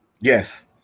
Yes